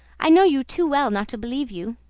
i know you too well not to believe you.